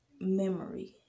memory